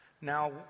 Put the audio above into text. Now